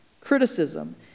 Criticism